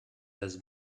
has